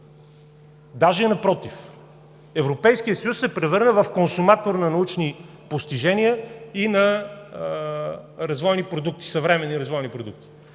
даже напротив: Европейският съюз се превърна в консуматор на научни постижения и на съвременни развойни продукти.